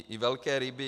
I velké ryby.